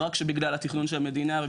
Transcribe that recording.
לא רק שבגלל התכנון של המדינה.